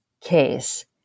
case